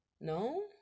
no